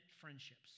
friendships